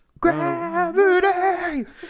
Gravity